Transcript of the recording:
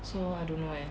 so I don't know eh